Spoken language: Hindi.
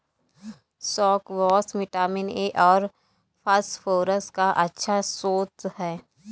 स्क्वाश विटामिन ए और फस्फोरस का अच्छा श्रोत है